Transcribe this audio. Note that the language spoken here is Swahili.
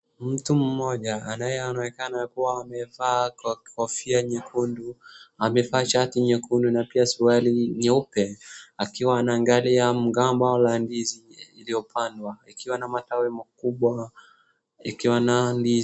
Mtu mmoja anayeonekana kuwa amevaa kofia nyekundu amevaa shati nyekundu na pia suruali nyeupe akiwa anaangalia mgomba la ndizi iliyopandwa ikiwa na matawi makubwa ikiwa na ndizi.